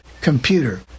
computer